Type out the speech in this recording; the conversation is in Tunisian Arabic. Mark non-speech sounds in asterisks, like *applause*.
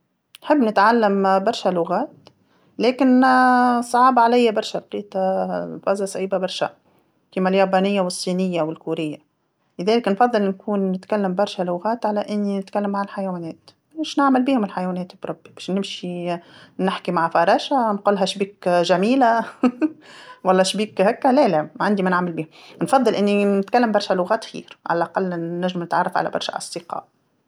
نحب نتعلم *hesitation* برشا لغات، لكن *hesitation* صعب عليا برشا، *unintelligible* صعيبة برشا، كيما اليابانيه والصينيه والكوريه، لذلك نفضل نكون نتكلم برشا لغات على أني نتكلم مع الحيوانات، باش نعمل بيهم الحيوانات بربي، باش نمشي *hesitation* نحكي مع فراشه نقولها شبيك *hesitation* جميلة *laughs* ولا شبيك هاكا لا لا، ما عندي ما نعمل بيها، نفضل أني نتكلم برشا لغات خير، على الأقل ن- نجم نتعرف على برشا أصدقاء.